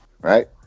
Right